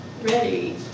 ready